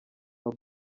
mba